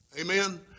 Amen